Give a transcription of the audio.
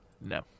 No